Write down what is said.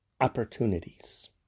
opportunities